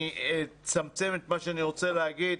אני אצמצם את מה שאני רוצה להגיד,